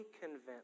convinced